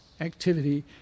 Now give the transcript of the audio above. activity